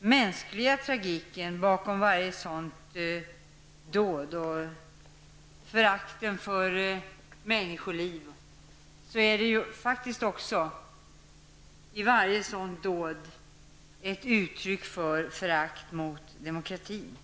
mänskliga tragiken bakom varje sådant dåd och föraktet för människoliv, är varje sådant dåd ett uttryck för förakt mot demokratin.